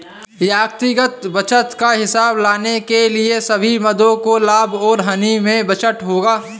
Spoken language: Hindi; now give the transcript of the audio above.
व्यक्तिगत बचत का हिसाब लगाने के लिए सभी मदों को लाभ और हानि में बांटना होगा